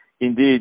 indeed